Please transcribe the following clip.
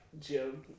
Jim